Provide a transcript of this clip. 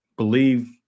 believe